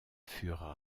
furent